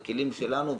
הכלים שלנו,